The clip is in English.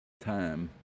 time